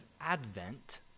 Advent